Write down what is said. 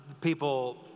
people